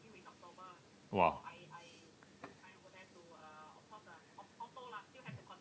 !wah!